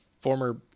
former